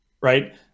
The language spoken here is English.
right